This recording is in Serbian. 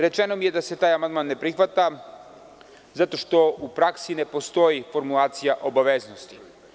Rečeno mi je da se taj amandman ne prihvata zato što u praksi ne postoji formulacija obaveznosti.